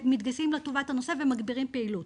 הנושא היום הוא מענים רגשיים לתלמידי מערכת החינוך בזמן הקורונה,